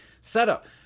Setup